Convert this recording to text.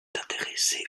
intéressé